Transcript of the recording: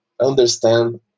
understand